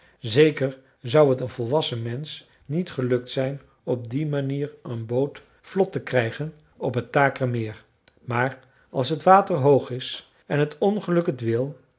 zeker zou het een volwassen mensch niet gelukt zijn op die manier een boot vlot te krijgen op het takermeer maar als t water hoog is en t ongeluk het wil